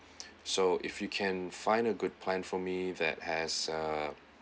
so if you can find a good plan for me that has a